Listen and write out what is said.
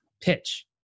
pitch